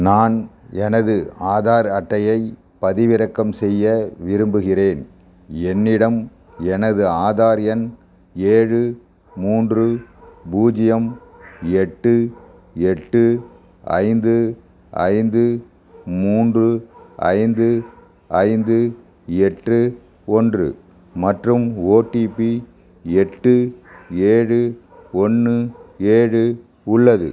நான் எனது ஆதார் அட்டையை பதிவிறக்கம் செய்ய விரும்புகிறேன் என்னிடம் எனது ஆதார் எண் ஏழு மூன்று பூஜ்ஜியம் எட்டு எட்டு ஐந்து ஐந்து மூன்று ஐந்து ஐந்து எட்டு ஒன்று மற்றும் ஓடிபி எட்டு ஏழு ஒன்று ஏழு உள்ளது